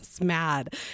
mad